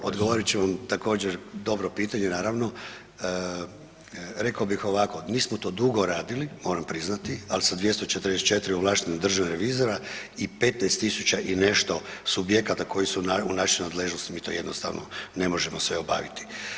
Evo odgovorit ću vam, također dobro pitanje, naravno. rekao bih ovako, nismo to dugo radili, moram priznati ali sa 244 ovlaštena državna revizora i 15 000 i nešto subjekata koji su u našoj nadležnosti, mi to jednostavno ne možemo sve obaviti.